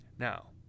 now